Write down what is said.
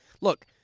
Look